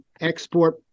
export